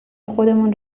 خودمان